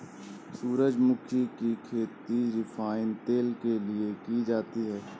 सूरजमुखी की खेती रिफाइन तेल के लिए की जाती है